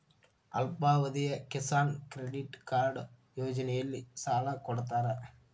ಅಲ್ಪಾವಧಿಯ Kisan credit card ಯೋಜನೆಯಲ್ಲಿಸಾಲ ಕೊಡತಾರ